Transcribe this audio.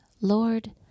Lord